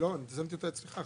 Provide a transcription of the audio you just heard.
הנחתי אותה אצלך.